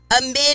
amid